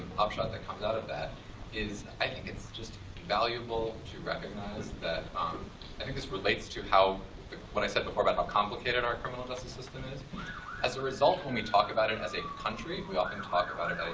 upshot that comes out of that is, i think it's just valuable ro recognize that um i think this relates to how what i said before about how complicated our criminal justice system is as a result, when we talk about it as a country, we often talk about it